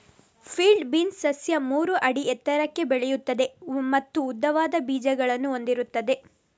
field beans ಸಸ್ಯ ಮೂರು ಅಡಿ ಎತ್ತರಕ್ಕೆ ಬೆಳೆಯುತ್ತದೆ ಮತ್ತು ಉದ್ದವಾದ ಬೀಜಗಳನ್ನು ಹೊಂದಿರುತ್ತದೆ